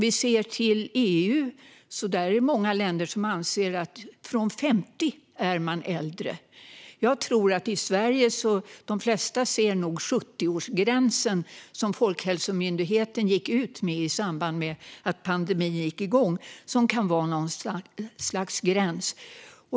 I EU finns många länder där man anser att man är äldre från 50 års ålder. I Sverige ser nog de flesta 70 års ålder, som Folkhälsomyndigheten gick ut med i samband med att pandemin gick igång, som något slags gräns.